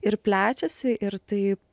ir plečiasi ir taip